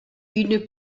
une